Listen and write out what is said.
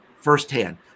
firsthand